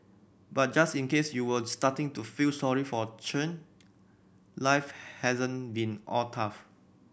but just in case you were starting to feel sorry for Chen life hasn't been all tough